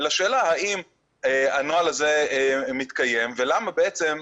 אלא השאלה האם הנוהל הזה מתקיים ולמה בעצם,